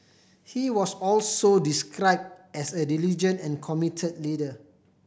he was also describe as a diligent and commit leader